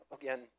again